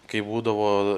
kai būdavo